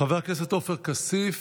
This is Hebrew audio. חבר הכנסת עופר כסיף,